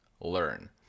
learn